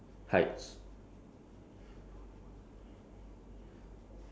ya maybe that's one of the thing you can like so called like get an achievement for